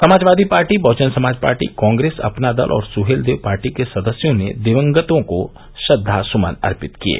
Samajwadi party Bahujan Samaj party Congress Apna Dal और Suheldev party के सदस्यों ने दिवंगतों को श्रद्वा सुमन अर्पित किये